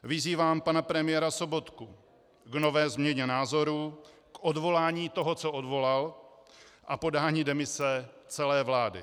Vyzývám pana premiéra Sobotku k nové změně názoru, k odvolání toho, co odvolal, a podání demise celé vlády.